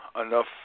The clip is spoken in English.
Enough